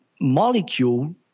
molecule